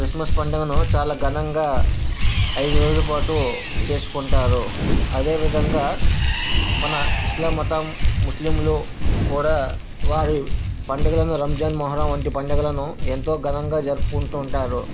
Christmas పండుగను చాలా ఘనంగా ఐదు రోజుల పాటు చేసుకుంటారు అదే విధంగా మనం ఇస్లాం మతం ముస్లిములు కూడా వారి పండుగ అయిన రంజాన్ మొహరం వంటి పండుగలను ఎంతో ఘనంగా జరుపుకుంటూ ఉంటారు